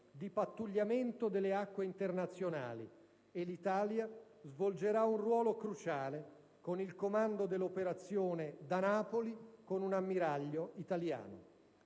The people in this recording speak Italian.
di pattugliamento delle acque internazionali, e l'Italia svolgerà un ruolo cruciale con il comando dell'operazione da Napoli con un ammiraglio italiano.